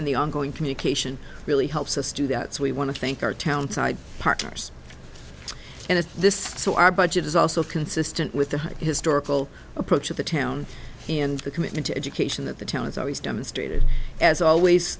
and the ongoing communication really helps us do that so we want to thank our town side partners and it's this so our budget is also consistent with the historical approach of the town and the commitment to education that the town is always demonstrated as always